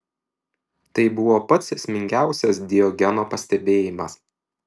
tai buvo pats esmingiausias diogeno pastebėjimas